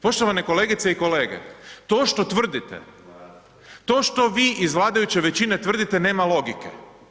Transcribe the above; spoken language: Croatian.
Poštovane kolegice i kolege, to što tvrdite, to što vi iz vladajuće većine tvrdite nema logike.